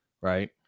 right